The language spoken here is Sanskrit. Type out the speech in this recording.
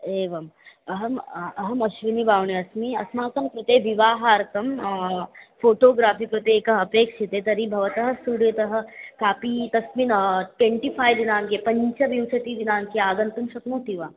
एवम् अहम् अहम् अश्विनिबावणे अस्मि अस्माकं कृते विवाहार्थं फ़ोटोग्राफ़ि कृते एकम् अपक्षितं तर्हि भवतः स्टूडियो तः कापि तस्मिन् टेण्टि फ़ै दिनाङ्के पञ्चविंशतिः दिनाङ्के आगन्तुं शक्नोति वा